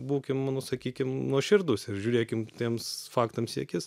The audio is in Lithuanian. būkim nu sakykim nuoširdūs ir žiūrėkim tiems faktams į akis